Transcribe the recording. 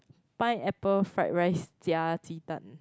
pineapple fried rice 加祭坛